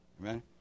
Amen